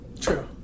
true